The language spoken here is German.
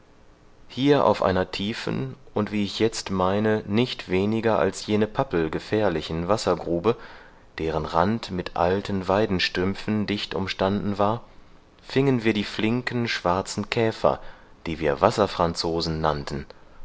hier auf einer tiefen und wie ich jetzt meine nicht weniger als jene pappel gefährlichen wassergrube deren rand mit alten weidenstümpfen dicht umstanden war fingen wir die flinken schwarzen käfer die wir wasserfranzosen nannten